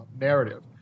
narrative